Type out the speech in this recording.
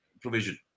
provision